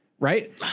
Right